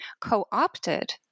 co-opted